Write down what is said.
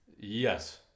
Yes